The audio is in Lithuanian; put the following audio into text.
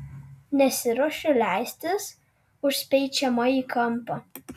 nesiruošiu leistis užspeičiama į kampą